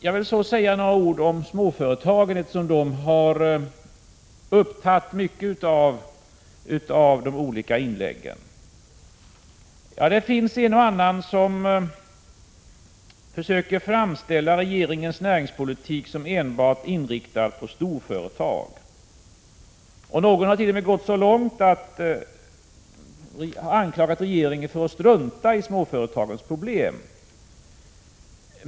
Jag vill så säga några ord särskilt om småföretagen, eftersom frågan om dem har upptagit en betydande plats i de olika inläggen. Det finns en och annan som försöker framställa regeringens näringspolitik som enbart inriktad på storföretag. Någon har t.o.m. gått så långt som till att anklaga regeringen för att strunta i småföretagens problem.